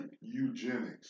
Eugenics